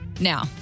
now